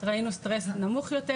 ראינו סטרס נמוך יותר.